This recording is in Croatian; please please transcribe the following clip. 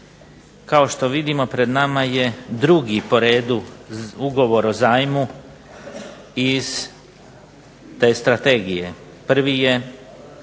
kao što vidimo pred nama je 2. po redu ugovor o zajmu iz te strategije. Prvi je